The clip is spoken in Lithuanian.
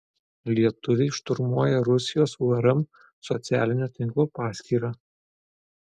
lietuviai šturmuoja rusijos urm socialinio tinklo paskyrą